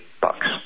bucks